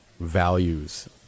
values